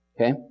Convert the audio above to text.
okay